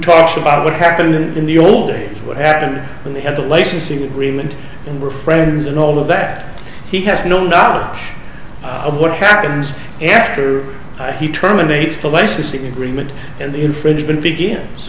talks about what happened in the old what happened when they had the licensing agreement and were friends and all of that he has no knowledge of what happens after he terminates the licensing agreement and infringement begins